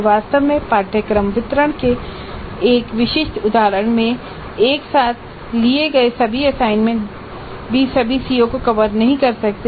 वास्तव में पाठ्यक्रम वितरण के एक विशिष्ट उदाहरण में एक साथ लिए गए सभी असाइनमेंट भी सभी सीओ को कवर नहीं कर सकते हैं